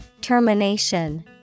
Termination